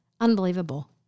Unbelievable